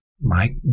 Mike